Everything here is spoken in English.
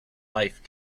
life